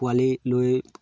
পোৱালি লৈ